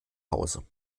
hause